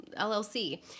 LLC